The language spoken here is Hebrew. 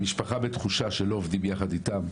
המשפחה בתחושה שלא עובדים יחד איתם,